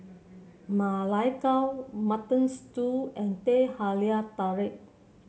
Ma Lai Gao Mutton Stew and Teh Halia Tarik